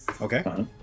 Okay